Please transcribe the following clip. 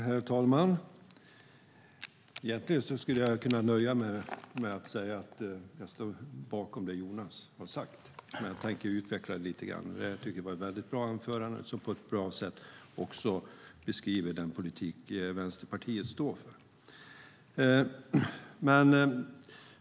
Herr talman! Egentligen skulle jag kunna nöja mig med att säga att jag står bakom det som Jonas har sagt, men jag tänker utveckla det lite grann. Jag tycker att det var ett väldigt bra anförande som på ett bra sätt också beskriver den politik som Vänsterpartiet står för.